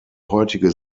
heutige